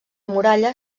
muralla